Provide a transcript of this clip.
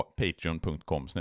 patreon.com